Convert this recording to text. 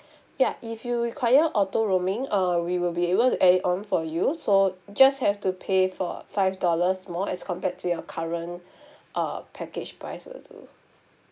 ya if you require auto roaming um we will be able to add it on for you so just have to pay for five dollars more as compared to your current uh package price will do